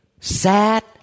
sad